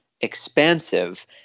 expansive